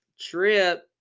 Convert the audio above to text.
trip